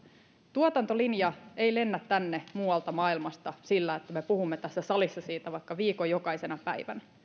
tuotantolinja ei lennä tänne muualta maailmasta sillä että me puhumme tässä salissa siitä vaikka viikon jokaisena päivänä